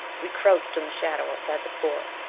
we crouched in the shadows outside the port.